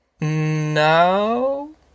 No